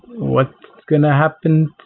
what's going to happen?